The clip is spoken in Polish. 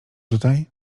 tutaj